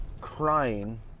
Crying